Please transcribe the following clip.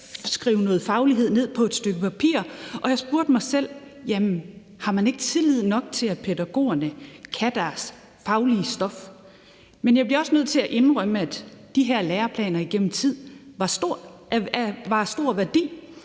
skrive noget faglighed ned på et stykke papir, og jeg spurgte mig selv: Jamen har man ikke tillid nok til, at pædagogerne kan deres faglige stof? Men jeg bliver også nødt til at indrømme, at de her læreplaner gennem tid var af stor værdi,